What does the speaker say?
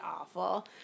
awful